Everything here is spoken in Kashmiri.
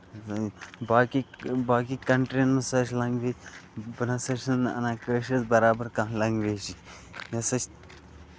باقی باقی کَنٹرِین منٛز ہسا چھِ لینگویج بہٕ نسا چھُس نہٕ اَنان کٲشِرِس بَرابر کانہہ لنگویجے یہِ ہسا چھِ